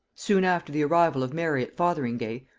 soon, after the arrival of mary at fotheringay,